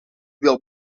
wil